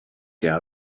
out